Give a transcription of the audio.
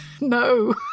no